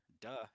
Duh